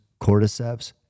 cordyceps